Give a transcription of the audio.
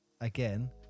Again